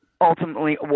ultimately